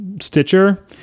Stitcher